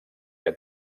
que